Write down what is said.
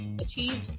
achieve